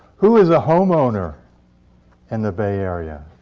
who is a homeowner in the bay area?